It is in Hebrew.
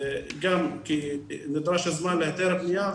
גם כי נדרש הזמן להיתר בנייה,